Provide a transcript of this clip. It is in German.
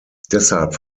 deshalb